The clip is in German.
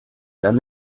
dann